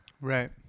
Right